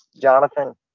Jonathan